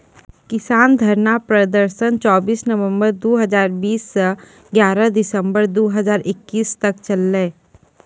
किसान धरना प्रदर्शन चौबीस नवंबर दु हजार बीस स ग्यारह दिसंबर दू हजार इक्कीस तक चललै